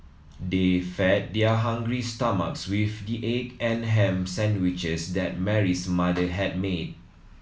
they fed their hungry stomachs with the egg and ham sandwiches that Mary's mother had made